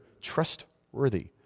trustworthy